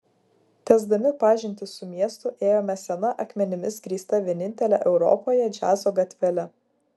tęsdami pažintį su miestu ėjome sena akmenimis grįsta vienintele europoje džiazo gatvele